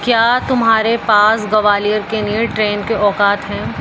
کیا تمہارے پاس گوالیر کے لیے ٹرین کے اوقات ہیں